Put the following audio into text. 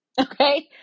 Okay